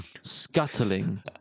scuttling